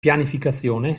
pianificazione